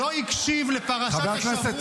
לא הקשיב לפרשת השבוע בשבת האחרונה.